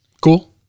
Cool